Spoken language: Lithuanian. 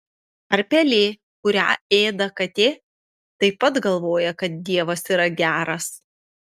ar pelė kurią ėda katė taip pat galvoja kad dievas yra geras